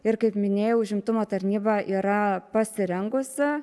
ir kaip minėjau užimtumo tarnyba yra pasirengusi